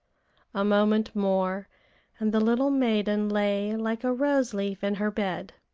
a moment more and the little maiden lay like a rose-leaf in her bed.